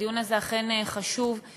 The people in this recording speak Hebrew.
הדיון הזה אכן חשוב,